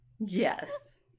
Yes